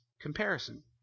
comparison